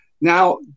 now